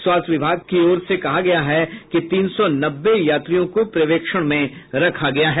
स्वास्थ्य विभाग से ओर से कहा गया है कि तीन सौ नब्बे यात्रियों को पर्यवेक्षण में रखा गया है